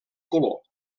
color